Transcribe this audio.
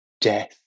death